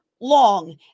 long